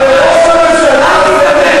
הרי ראש הממשלה הזה,